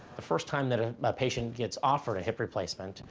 the first time that a patient gets offered a hip replacement,